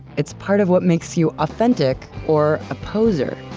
it's part of what makes you authentic or a poser.